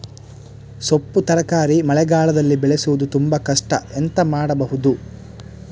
ಸೊಪ್ಪು ತರಕಾರಿ ಮಳೆಗಾಲದಲ್ಲಿ ಬೆಳೆಸುವುದು ತುಂಬಾ ಕಷ್ಟ ಎಂತ ಮಾಡಬಹುದು?